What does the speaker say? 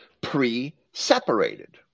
Pre-separated